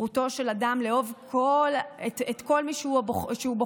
זכותו של אדם לאהוב את כל מי שהוא בוחר,